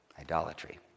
idolatry